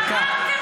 דקה,